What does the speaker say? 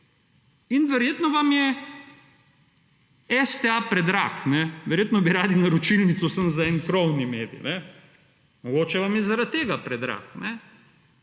in verjetno vam je STA predrag. Verjetno bi radi naročilnico samo za en krovni medij. Mogoče vam je zaradi tega predrag.